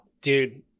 dude